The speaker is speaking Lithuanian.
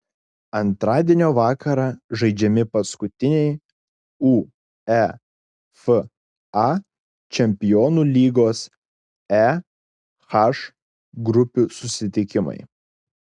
antradienio vakarą žaidžiami paskutiniai uefa čempionų lygos e h grupių susitikimai